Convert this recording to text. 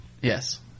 Yes